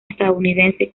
estadounidense